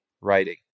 writing